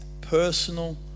personal